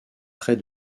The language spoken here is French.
près